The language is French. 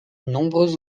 nombreux